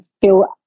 feel